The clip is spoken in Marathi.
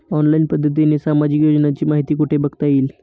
ऑनलाईन पद्धतीने सामाजिक योजनांची माहिती कुठे बघता येईल?